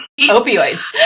opioids